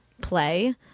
play